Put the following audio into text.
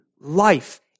life